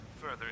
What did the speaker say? further